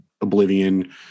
oblivion